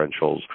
differentials